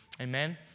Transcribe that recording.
Amen